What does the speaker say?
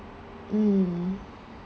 mm